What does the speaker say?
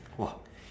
!wah!